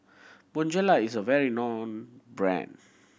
Bonjela is a well known brand